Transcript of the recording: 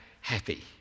happy